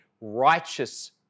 righteous